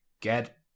Get